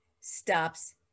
stops